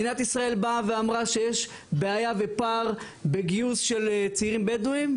מדינת ישראל באה ואמרה שיש בעיה ופער בגיוס של צעירים בדואים,